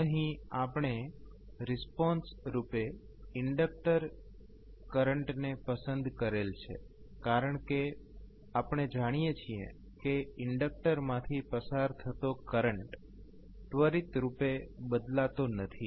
અહીં આપણે રિસ્પોન્સ રૂપે ઇન્ડક્ટર કરંટ ને પસંદ કરેલ છે કારણકે આપણે જાણીએ છીએ કે ઇન્ડક્ટર માંથી પસાર થતો કરંટ ત્વરિત રૂપે બદલતો નથી